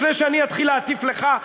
לפני שאני אתחיל להטיף לך,